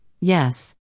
Yes